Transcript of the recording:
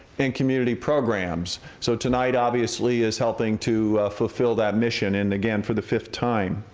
and community programs. so tonight, obviously, is helping to fulfill that mission, and again for the fifth time.